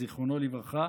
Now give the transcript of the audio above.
זיכרונו לברכה,